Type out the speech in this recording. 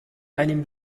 einem